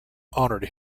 honoured